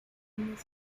imanes